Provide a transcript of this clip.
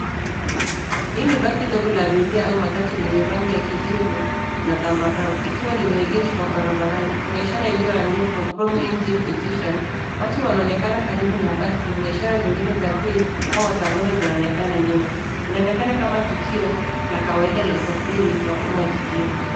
Hii ni basi dogo la abiria, au matatu lenye rangi ya kijivu, na zambarau, ikiwa limeegeshwa, barabarani, kuna ishara iliyoandikwa PROMINENT TEAM PETITION . Watu wanaonekana karibu na basi, na ishara zingine za bei, au matangazo zinaonekana nyuma, inaonekana kama tukio la kawaida la usafiri jijini.